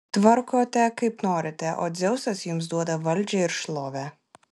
tvarkote kaip norite o dzeusas jums duoda valdžią ir šlovę